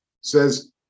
says